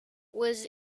was